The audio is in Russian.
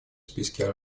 списке